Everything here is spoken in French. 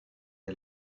est